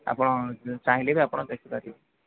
ଆପଣ ଚାହିଁଲେ ବି ଆପଣ ଦେଖି ପାରିବେ